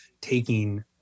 taking